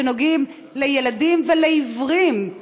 שנוגעים בילדים ובעיוורים,